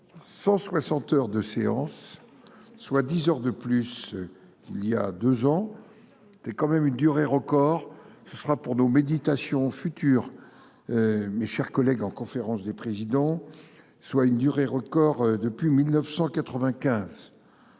160 heures de séance. Soit 10h de plus. Il y a 2 ans. C'est quand même une durée record. Ce sera pour nos méditations futur. Mes chers collègues en conférence des présidents. Soit une durée record depuis 1995.